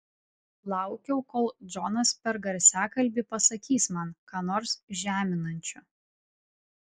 laukiau kol džonas per garsiakalbį pasakys man ką nors žeminančio